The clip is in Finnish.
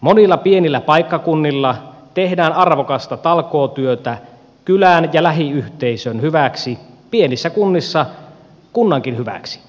monilla pienillä paikkakunnilla tehdään arvokasta talkootyötä kylän ja lähiyhteisön hyväksi pienissä kunnissa kunnankin hyväksi